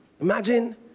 Imagine